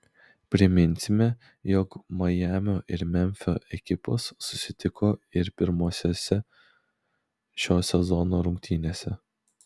priminsime jog majamio ir memfio ekipos susitiko ir pirmosiose šio sezono rungtynėse